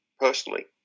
Personally